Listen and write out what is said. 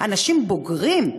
אנשים בוגרים.